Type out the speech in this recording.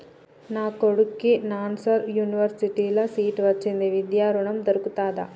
నా కొడుకుకి నల్సార్ యూనివర్సిటీ ల సీట్ వచ్చింది విద్య ఋణం దొర్కుతదా?